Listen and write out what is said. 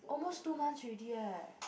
almost two months already eh